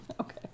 okay